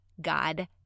God